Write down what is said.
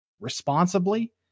responsibly